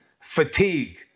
fatigue